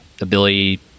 ability